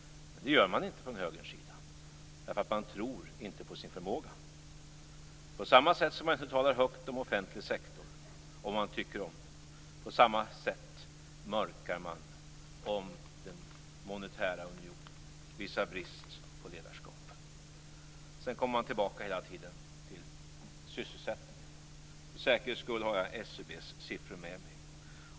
Men så gör inte högern. Man tror inte på sin förmåga. På samma sätt som man inte talar högt om offentlig sektor, på samma sätt mörkar man om den monetära unionen - visar brist på ledarskap. Sedan kommer man hela tiden tillbaka till sysselsättningen. För säkerhets skull har jag SCB:s siffror med mig.